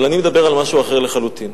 אבל אני מדבר על משהו אחר לחלוטין.